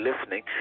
listening